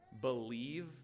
believe